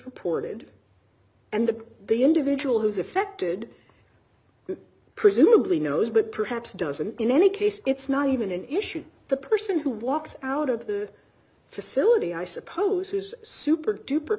reported and the individual who is affected presumably knows but perhaps doesn't in any case it's not even an issue the person who walks out of the facility i suppose who's super duper